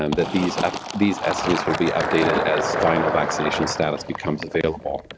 um that these these estimates will be updated as final vaccination status becomes available.